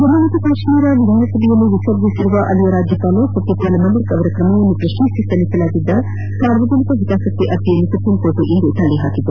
ಜಮ್ಮು ಕಾಶ್ಮೀರ ವಿಧಾನಸಭೆಯನ್ನು ವಿಸರ್ಜಿಸಿರುವ ರಾಜ್ಯಪಾಲ ಸತ್ಯಪಾಲ್ ಮಲ್ಲಿಕ್ ಅವರ ಕ್ರಮವನ್ನು ಪ್ರಶ್ನಿಸಿ ಸಲ್ಲಿಸಲಾಗಿದ್ದ ಸಾರ್ವಜನಿಕ ಹಿತಾಸಕ್ತಿ ಅರ್ಜಿಯನ್ನು ಸುಪ್ರೀಂಕೋರ್ಟ್ ಇಂದು ತಳ್ಳಿಹಾಕಿದೆ